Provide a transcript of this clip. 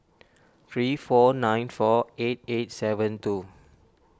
three four nine four eight eight seven two